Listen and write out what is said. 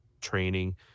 training